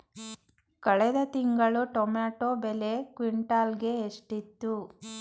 ಕಳೆದ ತಿಂಗಳು ಟೊಮ್ಯಾಟೋ ಬೆಲೆ ಕ್ವಿಂಟಾಲ್ ಗೆ ಎಷ್ಟಿತ್ತು?